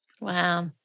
Wow